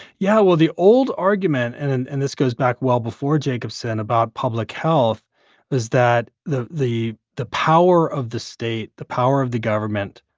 yeah. well, the old argument and and and this goes back well before jacobson about public health was that the the power of the state, the power of the government,